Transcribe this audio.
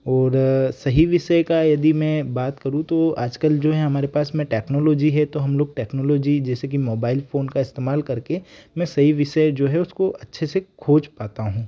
और सही विषय का यदि मैं बात करूँ तो आजकल जो हैं हमारे पास में टैकनोलोजी है तो हम लोग टैकनोलोजी जैसे कि मोबाइल फोन का इस्तेमाल करके मैं सही विषय जो है उसको अच्छे से खोज पाता हूँ